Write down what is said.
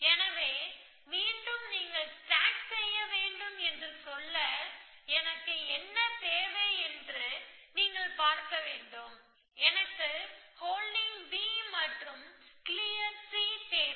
எனவே மீண்டும் நீங்கள் ஸ்டேக் செய்ய வேண்டும் என்று சொல்ல எனக்கு என்ன தேவை என்று நீங்கள் பார்க்க வேண்டும் எனக்கு ஹோல்டிங் B மற்றும் கிளியர் C தேவை